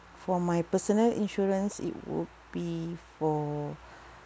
for my personal insurance it would be for